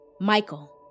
Michael